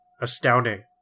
astounding